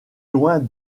loin